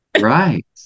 Right